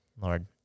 Lord